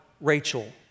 Rachel